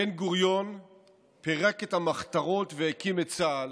בן-גוריון פירק את המחתרות והקים את צה"ל,